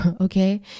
Okay